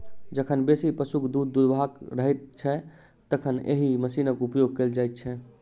जखन बेसी पशुक दूध दूहबाक रहैत छै, तखन एहि मशीनक उपयोग कयल जाइत छै